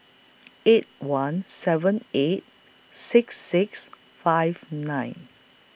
eight one seven eight six six five nine